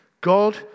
God